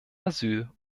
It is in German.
asyl